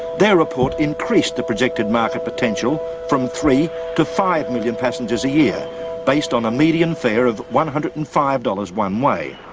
their report increased the projected market potential from three to five million passengers a year based on a median fare of one hundred and five dollars one-way.